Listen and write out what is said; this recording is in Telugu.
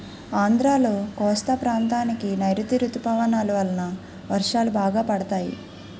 ఆంధ్రాలో కోస్తా ప్రాంతానికి నైరుతీ ఋతుపవనాలు వలన వర్షాలు బాగా పడతాయి